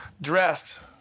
dressed